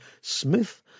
Smith